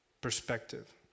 perspective